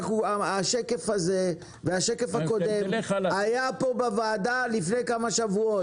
השקפים האלה היו פה בוועדה לפני כמה שבועות.